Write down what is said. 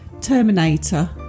Terminator